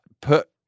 put